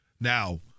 Now